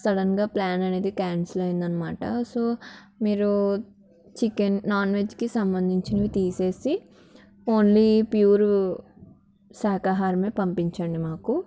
సడన్గా ప్లాన్ అనేది క్యాన్సిల్ అయింది అనమాట సో మీరు చికెన్ నాన్వెజ్కి సంబంధించినవి తీసేసి ఓన్లీ ప్యూర్ శాకాహారమే పంపించండి మాకు